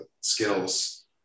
skills